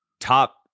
top